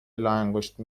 لاانگشتی